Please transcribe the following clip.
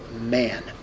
man